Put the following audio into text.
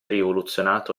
rivoluzionato